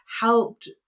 helped